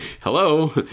hello